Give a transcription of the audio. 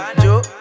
Jo